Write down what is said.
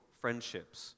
friendships